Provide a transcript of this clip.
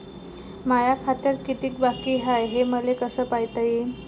माया खात्यात कितीक बाकी हाय, हे मले कस पायता येईन?